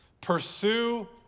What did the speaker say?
Pursue